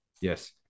Yes